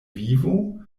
vivo